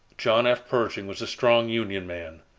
john f. pershing was a strong union man,